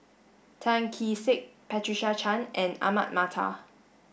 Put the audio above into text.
Tan Kee Sek Patricia Chan and Ahmad Mattar